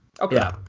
Okay